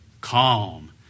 calm